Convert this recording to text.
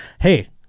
Hey